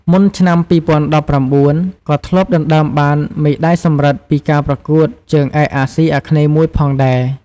មុនឆ្នាំ ២០១៩ ក៏ធ្លាប់ដណ្តើមបានមេដាយសំរឹទ្ធពីការប្រកួតជើងឯកអាស៊ីអាគ្នេយ៍មួយផងដែរ។